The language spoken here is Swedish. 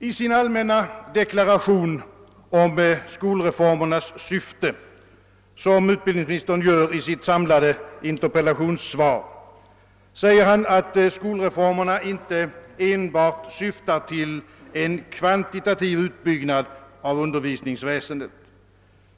I den allmänna deklaration om skolreformernas syfte som utbildningsministern gör i sitt samlade interpella tionssvar, säger han att skolreformerna inte enbart syftar till en kvantitativ utbyggnad av undervisningsväsendet.